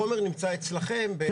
החומר נמצא אצלכם.